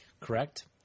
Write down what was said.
Correct